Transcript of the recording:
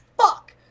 Fuck